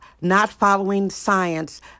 not-following-science